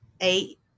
Eight